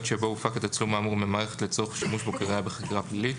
שבו הופק התצלום האמור מהמערכת לצורך שימוש בו כראייה בחקירה פלילית.